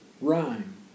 rhyme